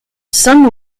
some